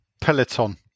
Peloton